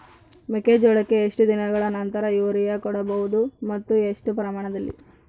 ಮೆಕ್ಕೆಜೋಳಕ್ಕೆ ಎಷ್ಟು ದಿನಗಳ ನಂತರ ಯೂರಿಯಾ ಕೊಡಬಹುದು ಮತ್ತು ಎಷ್ಟು ಪ್ರಮಾಣದಲ್ಲಿ?